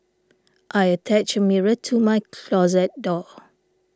I attached a mirror to my closet door